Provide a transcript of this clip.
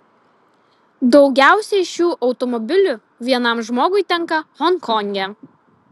daugiausiai šių automobilių vienam žmogui tenka honkonge